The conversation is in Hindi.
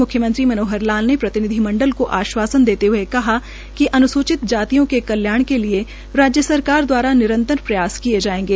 मुख्यमंत्री मनोहर लाल ने प्रतिनिधिमंडल को आशवासन देते हुए कहा है कि अन्सूचित जातियों के कल्याण के लिए राज्य सरकार दवारा निरतंर प्रयास किए जायेंगे